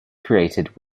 created